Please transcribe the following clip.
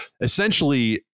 essentially